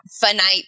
finite